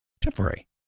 Temporary